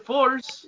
Force